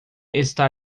está